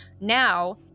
Now